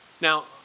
Now